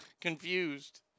confused